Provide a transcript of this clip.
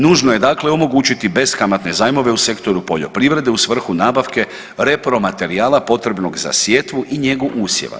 Nužno je dakle omogućiti beskamatne zajmove u sektoru poljoprivrede u svrhu nabavke repromaterijala potrebnog za sjetvu i njegu usjeva.